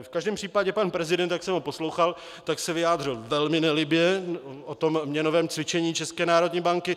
V každém případě pan prezident, jak jsem ho poslouchal, se vyjádřil velmi nelibě o tom měnovém cvičení České národní banky.